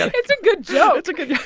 it's a good joke it's a good yeah